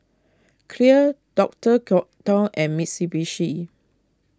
Clear Doctor Oetker and Mitsubishi